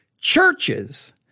Churches